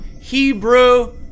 Hebrew